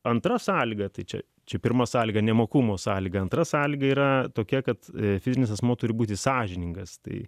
antra sąlyga tai čia čia pirma sąlyga nemokumo sąlyga antra sąlyga yra tokia kad fizinis asmuo turi būti sąžiningas tai